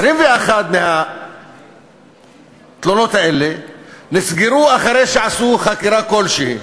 21% מהתלונות האלה נסגרו אחרי שעשו חקירה כלשהי.